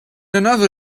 another